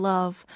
Love